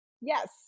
Yes